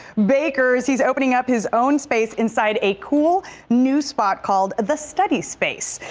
baker's he's opening up his own space inside a cool new spot called the study space.